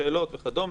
שאלות וכדומה,